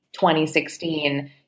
2016